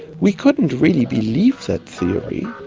we couldn't really believe that theory,